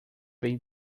bem